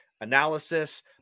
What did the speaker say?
analysis